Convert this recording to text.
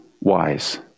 wise